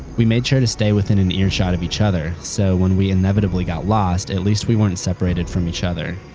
we made sure to stay within an earshot of each other, so when we inevitably got lost, at least we weren't separated from each other.